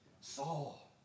Saul